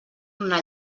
una